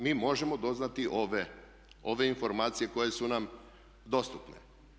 Mi možemo doznati ove informacije koje su nam dostupne.